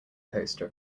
poster